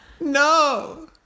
No